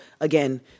again